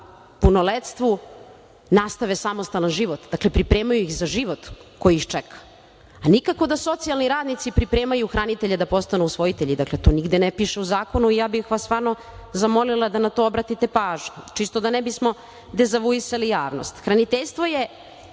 punoletstvu nastave samostalan život. Dakle, pripremaju ih za život koji ih čeka, a nikako da socijalni radnici pripremaju hranitelje da postanu usvojitelji. Dakle, to nigde ne piše u zakonu i ja bih vas stvarno zamolila da na to obratite pažnju, čisto da ne bismo dezavuisali javnost. Hraniteljstvo je